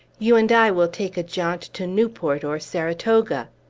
you and i will take a jaunt to newport or saratoga!